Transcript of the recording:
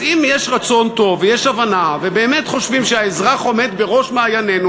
אם יש רצון טוב ויש הבנה ובאמת חושבים שהאזרח עומד בראש מעיינינו,